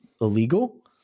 illegal